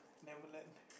Neverland